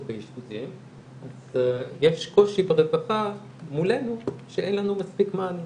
באשפוזים אז יש קושי ברווחה מולנו שאין לנו מספיק מענים,